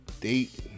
date